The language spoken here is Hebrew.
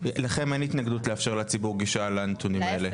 --- לכם אין התנגדות לאפשר לציבור גישה לנתונים האלה.